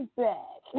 back